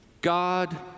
God